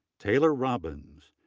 taylor robbins,